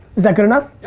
is that good enough?